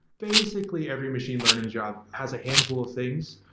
basically, every machine learning job has a handful of things.